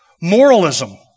moralism